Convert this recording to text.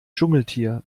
dschungeltier